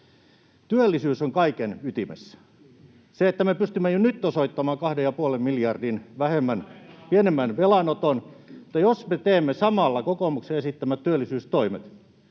Työllisyys on kaiken ytimessä. Me pystymme jo nyt osoittamaan 2,5 miljardia pienemmän velanoton, [Välihuuto keskeltä] mutta jos me teemme samalla kokoomuksen esittämät työllisyystoimet,